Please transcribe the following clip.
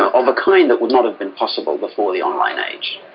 of a kind that would not have been possible before the online age.